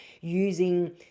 using